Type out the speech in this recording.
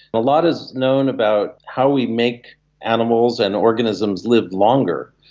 a lot is known about how we make animals and organisms live longer,